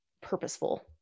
purposeful